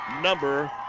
number